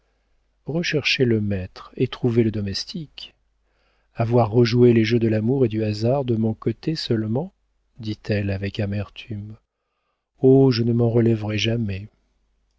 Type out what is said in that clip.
rechercher le maître et trouver le domestique avoir rejoué les jeux de l'amour et du hasard de mon côté seulement dit-elle avec amertume oh je ne m'en relèverai jamais